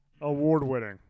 Award-winning